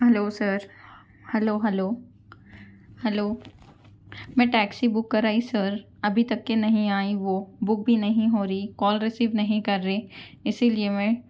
hello sir hello hello hello میں taxi book کرائی sir ابھی تک کہ نہیں آئی وہ بک بھی نہیں ہو رہی کال ریسیو نہیں کر رہے اسی لیے میں